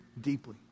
deeply